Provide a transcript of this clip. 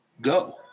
go